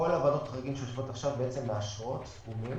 כל ועדות החריגים שיושבות עכשיו בעצם מאשרות סכומים